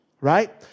right